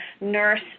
nurse